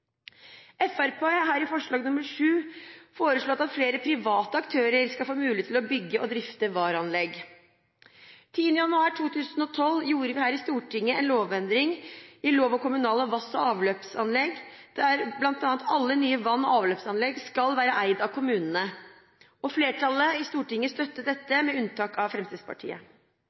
gjorde vi her i Stortinget en lovendring i lov om kommunale vass- og avløpsanlegg, der bl.a. alle nye vann- og avløpsanlegg skal være eid av kommunene. Flertallet i Stortinget støttet dette, med unntak av Fremskrittspartiet.